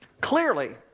clearly